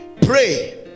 Pray